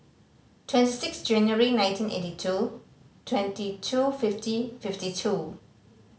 twenty six January nineteen eighty two twenty two fifty fifty two